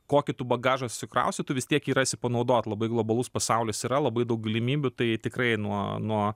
kokį tu bagažą susikrausi tu vis tiek jį rasi panaudot labai globalus pasaulis yra labai daug galimybių tai tikrai nuo nuo